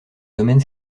domaine